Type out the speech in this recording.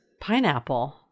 Pineapple